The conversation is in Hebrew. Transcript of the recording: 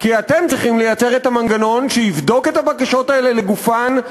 כי אתם צריכים לייצר את המנגנון שיבדוק את הבקשות האלה לגופן,